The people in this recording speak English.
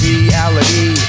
reality